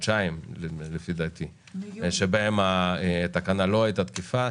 חודשיים לפי דעתי שבהם התקנה לא הייתה תקפה,